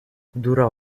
durò